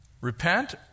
Repent